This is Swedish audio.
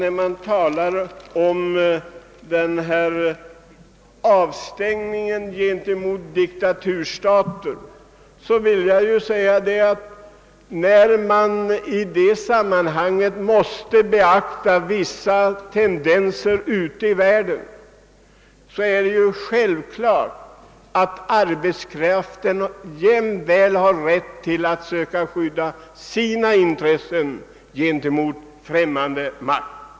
När det gäller avstängningen gentemot diktaturstater vill jag säga att vi i detta sammanhang måste beakta vissa tendenser ute i världen och att det med hänsyn härtill är självklart att den svenska arbetskraften har rätt att skydda sina intressen gentemot främmande makt.